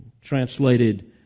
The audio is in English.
Translated